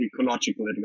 ecological